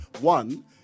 one